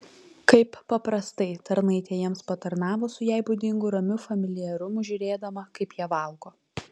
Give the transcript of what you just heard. kaip paprastai tarnaitė jiems patarnavo su jai būdingu ramiu familiarumu žiūrėdama kaip jie valgo